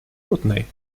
putney